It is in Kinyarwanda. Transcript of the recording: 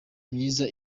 myiza